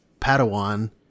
Padawan